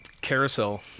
carousel